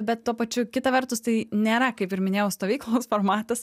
bet tuo pačiu kita vertus tai nėra kaip ir minėjau stovyklos formatas